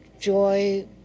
joy